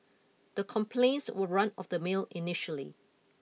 the complaints were run of the mill initially